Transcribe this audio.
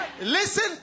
Listen